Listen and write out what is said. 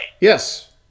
Yes